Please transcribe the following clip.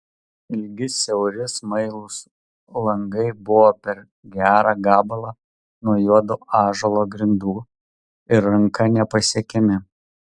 ilgi siauri smailūs langai buvo per gerą gabalą nuo juodo ąžuolo grindų ir ranka nepasiekiami